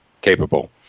capable